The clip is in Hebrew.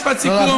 משפט סיכום.